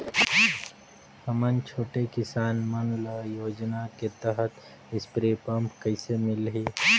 हमन छोटे किसान मन ल योजना के तहत स्प्रे पम्प कइसे मिलही?